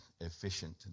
efficient